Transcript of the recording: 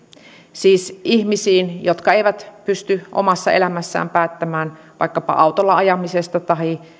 siis ihmisiin jotka eivät pysty omassa elämässään päättämään vaikkapa autolla ajamisesta tahi